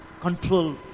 control